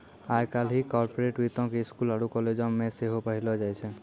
आइ काल्हि कार्पोरेट वित्तो के स्कूलो आरु कालेजो मे सेहो पढ़ैलो जाय छै